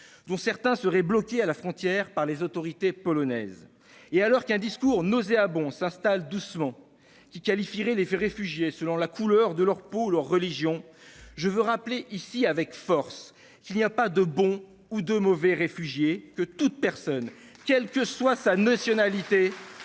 dont certains seraient bloqués à la frontière par les autorités polonaises, et alors qu'un discours nauséabond s'installe doucement, visant à qualifier les réfugiés selon la couleur de leur peau ou leur religion, je veux rappeler ici avec force qu'il n'y a pas de bon ou de mauvais réfugié. Toute personne, quelle que soit sa nationalité,